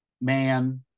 man